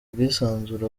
bwisanzure